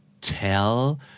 tell